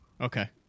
okay